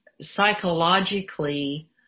psychologically